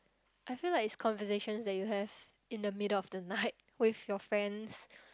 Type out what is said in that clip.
I feel like it's conversations that you have in the middle of the night with your friends